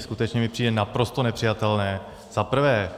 Skutečně mi přijde naprosto nepřijatelné zaprvé